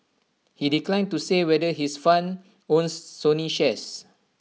he declined to say whether his fund owns Sony shares